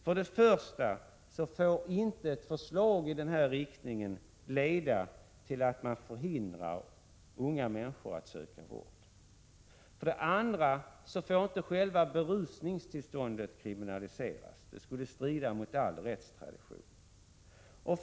För det första får inte ett förslag i denna riktning leda till att unga människor hindras från att söka vård. För det andra får inte själva berusningstillståndet kriminaliseras — det skulle strida mot all rättstradition.